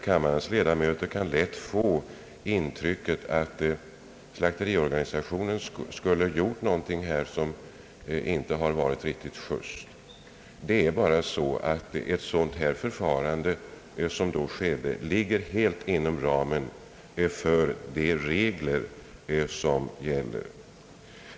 Kammarens ledamöter kan ju lätt få intrycket att slakteriorganisationen här skulle ha gjort någonting som inte varit riktigt just. Det tillämpade förfarandet ligger helt inom ramen för de regler som gäller.